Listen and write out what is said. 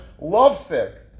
lovesick